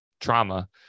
trauma